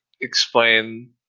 explain